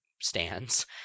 stands